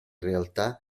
realtà